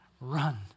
run